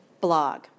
Blog